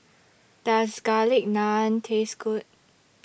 Does Garlic Naan Taste Good